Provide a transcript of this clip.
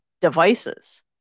devices